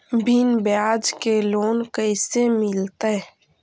बिना ब्याज के लोन कैसे मिलतै?